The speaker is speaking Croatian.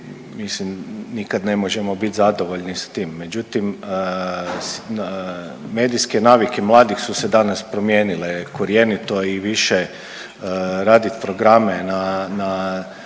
mislim nikad ne možemo bit zadovoljni s tim. Međutim, medijske navike mladih su se danas promijenile korjenito i više radit programe na